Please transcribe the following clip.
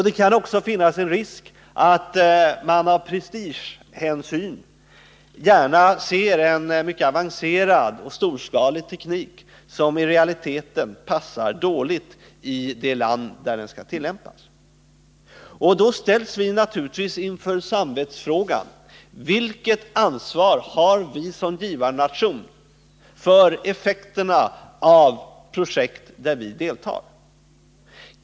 Det kan också finnas en risk att man av prestigehänsyn gärna ser en mycket jekts effekter på miljön avancerad och storskalig teknik som i realiteten passar dåligt i det land där den skall tillämpas. Då ställs vi naturligtvis inför samvetsfrågan: Vilket ansvar har vi som givarnation för effekterna av projekt i vilka vi deltar?